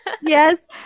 Yes